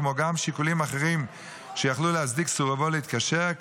כמו גם שיקולים אחרים שיכלו להצדיק את סירובו להתקשר,